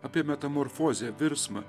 apie metamorfozę virsmą